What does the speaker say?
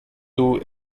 two